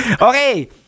Okay